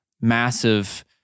massive